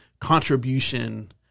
contribution